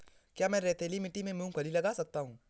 क्या मैं रेतीली मिट्टी में मूँगफली लगा सकता हूँ?